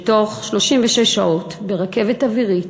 ותוך 36 שעות, ברכבת אווירית,